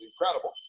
incredible